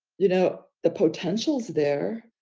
you know, the potential's there,